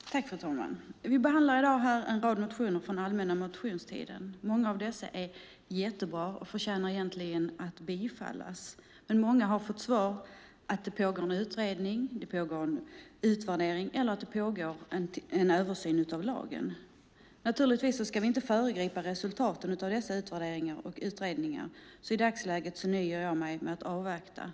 Fru talman! Vi behandlar i dag en rad motioner från allmänna motionstiden. Många av dessa är jättebra och förtjänar egentligen att bifallas, men många har fått svaret att det pågår en utredning, att det pågår en utvärdering eller att det pågår en översyn av lagen. Naturligtvis ska vi inte föregripa resultaten av dessa utvärderingar och utredningar, så i dagsläget nöjer jag mig med att avvakta.